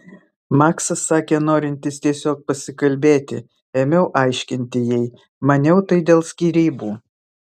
maksas sakė norintis tiesiog pasikalbėti ėmiau aiškinti jai maniau tai dėl skyrybų